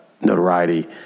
notoriety